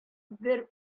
бер